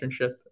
internship